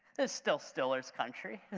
it's still stiller's country.